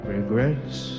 Regrets